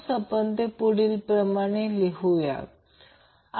जर येथे भरले तर ते 62 120 अँगल 182° आणि करंट मग्निट्यूड 2